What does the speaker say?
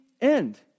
end